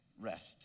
rest